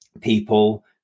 people